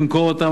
למכור אותן,